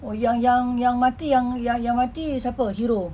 orh yang yang yang mati yang yang mati siapa hero